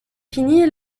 finie